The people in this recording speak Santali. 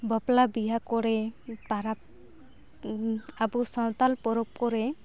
ᱵᱟᱯᱞᱟ ᱵᱤᱦᱟᱹ ᱠᱚᱨᱮ ᱯᱟᱨᱟᱵᱽ ᱟᱵᱚ ᱥᱟᱱᱛᱟᱲ ᱯᱚᱨᱚᱵᱽ ᱠᱚᱨᱮ